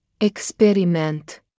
experiment